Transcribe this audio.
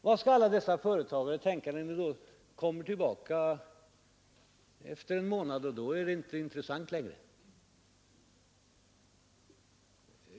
Vad skall alla dessa företagare tänka nu, när ni efter en månad kommer tillbaka och detta inte längre är intressant?